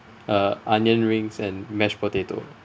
uh onion rings and mashed potato